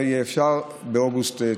וזה יהיה אפשרי באוגוסט.